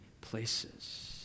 places